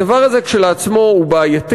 הדבר הזה כשלעצמו הוא בעייתי.